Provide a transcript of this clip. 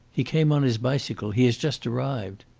he came on his bicycle. he has just arrived.